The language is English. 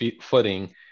footing